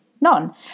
none